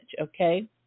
okay